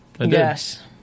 Yes